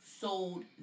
sold